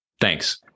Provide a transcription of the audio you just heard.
Thanks